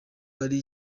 ari